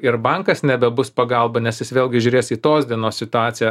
ir bankas nebebus pagalba nes jis vėlgi žiūrės į tos dienos situaciją